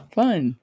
fun